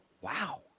wow